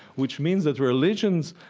which means that religions,